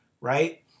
right